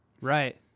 Right